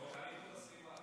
ועל איכות הסביבה.